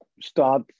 start